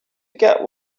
get